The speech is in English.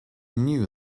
knew